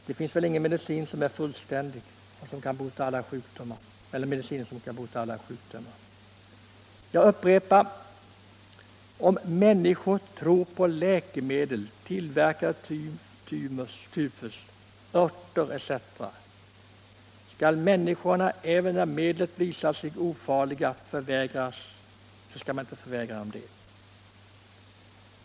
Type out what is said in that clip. Det finns väl ingen medicin som kan bota alla sjukdomar. Jag upprepar att om människor tror på läkemedel, tillverkade av thymus, örter etc., skall man inte förvägra dem dessa läkemedel, när de visar sig ofarliga.